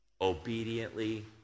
obediently